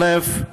א.